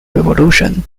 revolution